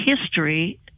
history